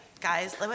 guys